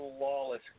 Lawless